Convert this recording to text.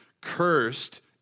cursed